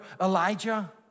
Elijah